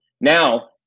now